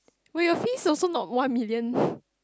but your fees also not one million